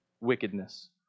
wickedness